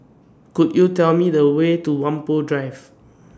Could YOU Tell Me The Way to Whampoa Drive